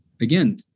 again